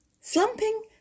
Slumping